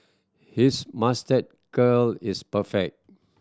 his moustache curl is perfect